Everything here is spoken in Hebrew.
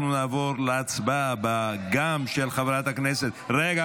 אנחנו נעבור להצבעה גם על ההצעה של חברת הכנסת שרן